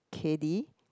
Cady